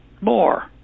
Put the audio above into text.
more